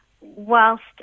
whilst